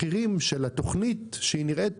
התוכנית נראית טובה.